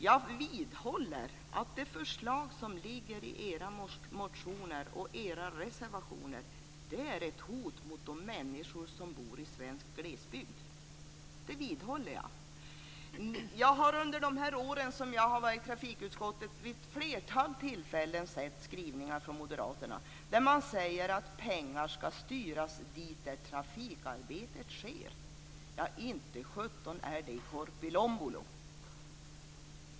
Jag vidhåller att de förslag som ligger i era motioner och era reservationer är ett hot mot de människor som bor i svensk glesbygd. Det vidhåller jag. Jag har under de år som jag har varit i trafikutskottet vid ett flertal tillfällen sett skrivningar från moderaterna där man säger att pengar ska styras dit där trafikarbetet sker. Inte sjutton är det i Korpilombolo!